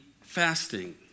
fasting